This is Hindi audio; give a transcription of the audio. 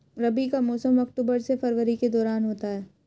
रबी का मौसम अक्टूबर से फरवरी के दौरान होता है